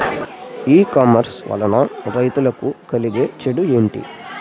ఈ కామర్స్ వలన రైతులకి కలిగే చెడు ఎంటి?